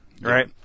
right